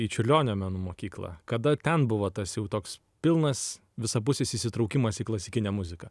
į čiurlionio menų mokyklą kada ten buvo tas jau toks pilnas visapusis įsitraukimas į klasikinę muziką